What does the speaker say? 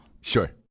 Sure